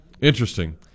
interesting